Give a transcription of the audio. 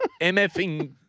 MFing